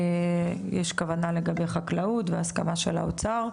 יש כוונה לגבי חקלאות והסכמה של האוצר,